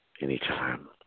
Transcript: Anytime